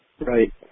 Right